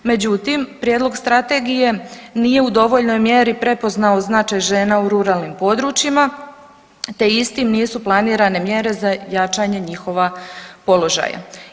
Međutim, prijedlog strategije nije u dovoljnoj mjeri prepoznao značaj žena u ruralnim područjima te istim nisu planirane mjere za jačanje njihova položaja.